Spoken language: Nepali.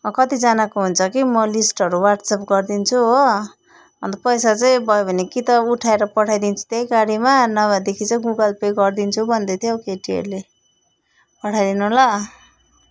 कतिजनाको हुन्छ कि म लिस्टहरू वाट्स एप गरिदिन्छु हो अन्त पैसा चाहिँ भयो भने कि त उठाएर पठाइदिन्छु त गाडीमा नभएदेखि चाहिँ गुगल पे गरिदिन्छु भन्दै थियो केटीहरूले पठाइदिनु ल